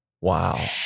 Wow